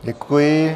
Děkuji.